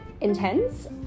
intense